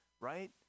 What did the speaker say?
Right